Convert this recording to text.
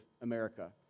America